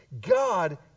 god